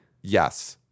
Yes